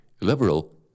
liberal